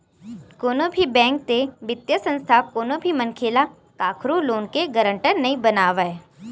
कोनो भी बेंक ते बित्तीय संस्था कोनो भी मनखे ल कखरो लोन के गारंटर नइ बनावय